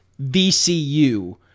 VCU